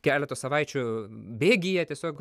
keleto savaičių bėgyje tiesiog